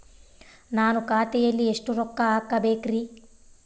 ನಾನು ಖಾತೆಯಲ್ಲಿ ಎಷ್ಟು ರೊಕ್ಕ ಹಾಕಬೇಕ್ರಿ?